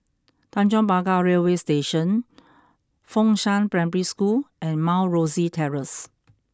Tanjong Pagar Railway Station Fengshan Primary School and Mount Rosie Terrace